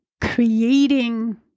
creating